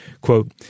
Quote